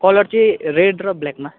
colour चाहिँ red र ब्ल्याकमा